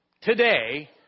today